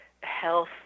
health